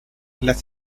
las